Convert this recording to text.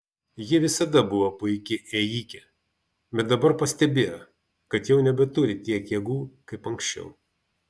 ji visada buvo puiki ėjike bet dabar pastebėjo kad jau nebeturi tiek jėgų kaip anksčiau